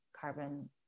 carbon